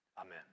amen